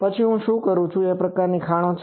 પછી હું શું કહું કે આ પ્રકારની ખાણો છે